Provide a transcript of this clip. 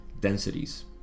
densities